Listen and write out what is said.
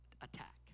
attack